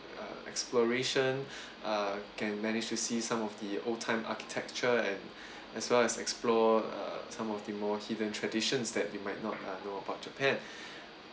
uh exploration uh can manage to see some of the old time architecture and as well as explore uh some of the more hidden traditions that you might not uh know about japan